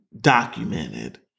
documented